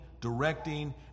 directing